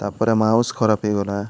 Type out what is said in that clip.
ତାପରେ ମାଉସ୍ ଖରାପ ହୋଇଗଲା